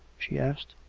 she asked.